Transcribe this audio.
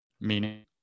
Meaning